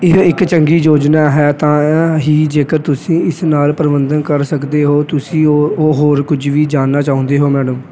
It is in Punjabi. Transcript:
ਇਹ ਇੱਕ ਚੰਗੀ ਯੋਜਨਾ ਹੈ ਤਾਂ ਹੀ ਜੇਕਰ ਤੁਸੀਂ ਇਸ ਨਾਲ ਪ੍ਰਬੰਧਨ ਕਰ ਸਕਦੇ ਹੋ ਤੁਸੀਂ ਉਹ ਉਹ ਹੋਰ ਕੁਝ ਵੀ ਜਾਣਨਾ ਚਾਹੁੰਦੇ ਹੋ ਮੈਡਮ